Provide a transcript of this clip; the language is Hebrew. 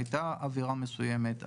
הייתה אווירה מסוימת,